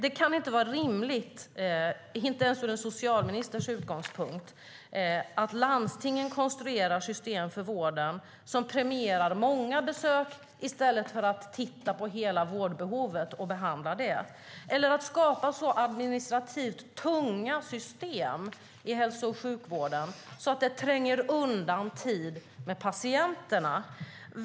Det kan inte vara rimligt, inte ens från en socialministers utgångspunkt, att landstingen konstruerar system för vården som premierar många besök i stället för att titta på och behandla hela vårdbehovet, eller att skapa så administrativt tunga system i hälso och sjukvården att de tränger undan tid med patienterna.